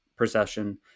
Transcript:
procession